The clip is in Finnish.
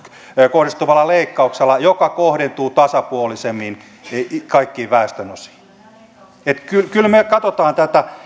kohdistuvalla leikkauksella joka kohdentuu tasapuolisemmin kaikkiin väestönosiin kyllä kyllä me katsomme